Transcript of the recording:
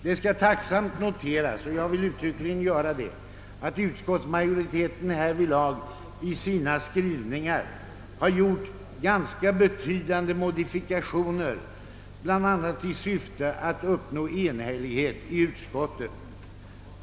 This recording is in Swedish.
Det skall tacksamt noteras — och jag vill uttryckligen göra detta — att utskottsmajoriteten härvidlag i sina skrivningar gjort ganiska betydande modifikationer bl.a. i syfte att uppnå enhällighet i utskottet.